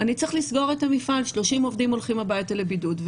אני צריך לסגור את המפעל שלי; 30 עובדים הולכים הביתה לבידוד.